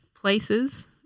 places